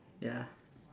ya